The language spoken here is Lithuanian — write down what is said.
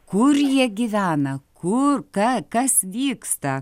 kur jie gyvena kur ka kas vyksta